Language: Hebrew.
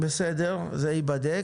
זה ייבדק.